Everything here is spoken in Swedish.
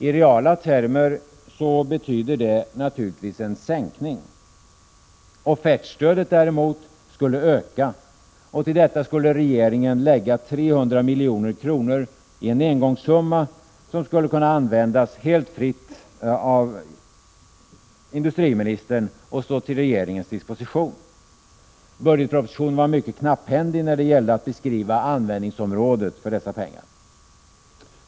I reala termer betyder det naturligtvis en sänkning. Offertstödet däremot skulle ökas. Till detta ville regeringen lägga 300 milj.kr. i engångssumma, som skulle kunna användas helt fritt av industriministern och stå till regeringens disposition. Budgetpropositionen var mycket knapphändig när det gällde att beskriva användningsområden för dessa pengar.